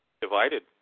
...divided